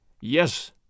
Yes